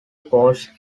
post